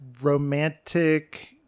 romantic